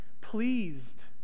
pleased